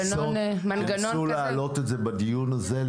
ניסו להעלות את זה בדיון הזה,